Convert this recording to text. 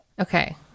okay